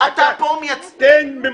תפתח את העיתון בום.